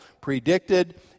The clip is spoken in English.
predicted